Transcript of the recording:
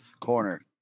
corner